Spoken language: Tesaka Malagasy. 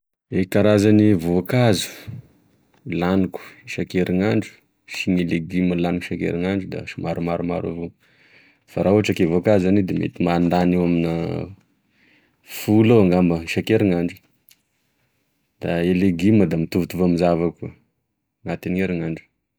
E karazany voankazo laniko isakerignandro sy ny legiomy laniko isak'erignandro da somary maromaro avao fa raha ohatry ke vokazo zany da mety mandany eo amina folo eo ngamba isakerinandro da e legioma da somary mitovitovy avao koa anatin'erinandro.